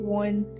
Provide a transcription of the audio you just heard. one